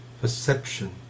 perception